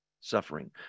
suffering